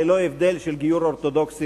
ללא הבדל של גיור אורתודוקסי,